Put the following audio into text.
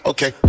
Okay